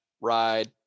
ride